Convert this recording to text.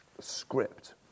script